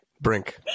Brink